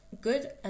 good